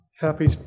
Happy